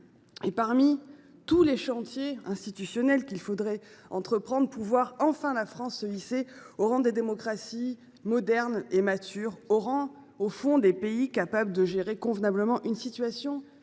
Parmi tous les chantiers institutionnels qu’il faudrait entreprendre pour voir enfin la France se hisser au rang des démocraties modernes et matures, au rang des pays capables de gérer convenablement la situation,